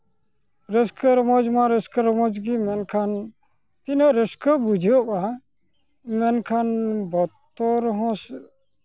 ᱨᱟᱹᱥᱠᱟᱹ ᱨᱚᱢᱚᱡᱽ ᱢᱟ ᱨᱟᱹᱥᱠᱟᱹ ᱨᱚᱢᱚᱡᱽ ᱜᱮ ᱢᱮᱱᱠᱷᱟᱱ ᱛᱤᱱᱟᱹᱜ ᱨᱟᱹᱥᱠᱟᱹ ᱵᱩᱡᱷᱟᱹᱜᱼᱟ ᱢᱮᱱᱠᱷᱟᱱ ᱵᱚᱛᱚᱨ ᱦᱚᱸ